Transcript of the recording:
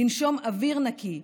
לנשום אוויר נקי,